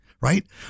right